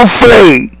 free